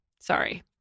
Sorry